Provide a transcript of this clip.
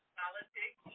politics